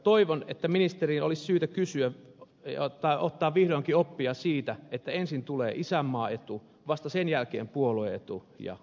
toivon että ministerin olisi syytä ottaa vihdoinkin oppia siitä että ensin tulee isänmaan etu vasta sen jälkeen puolueen etu ja oma etu